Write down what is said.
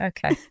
Okay